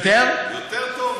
יפה מאוד.